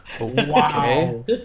wow